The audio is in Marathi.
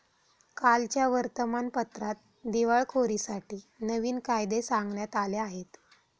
कालच्या वर्तमानपत्रात दिवाळखोरीसाठी नवीन कायदे सांगण्यात आले आहेत